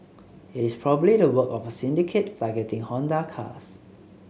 it is probably the work of a syndicate targeting Honda cars